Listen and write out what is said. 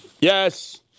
yes